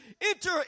Enter